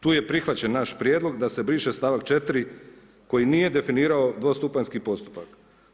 Tu je prihvaćen naš prijedlog da se briše stavak 4. koji nije definirao dvostupanjski postupak.